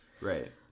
right